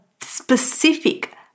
specific